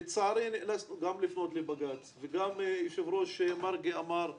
לצערי נאלצנו גם לפנות לבג"ץ וגם היושב ראש מרגי אמר,